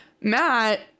Matt